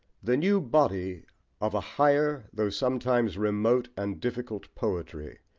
the new body of a higher, though sometimes remote and difficult poetry,